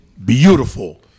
Beautiful